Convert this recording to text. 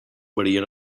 varien